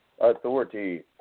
authority